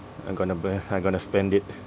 I'm gonna burn I'm gonna spend it